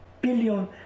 Billion